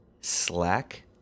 slack